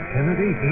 Kennedy